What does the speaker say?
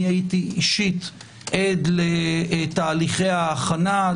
אני הייתי אישית עד לתהליכי ההכנה,